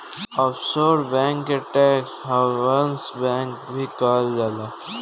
offshore bank के tax havens bank भी कहल जाला